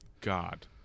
God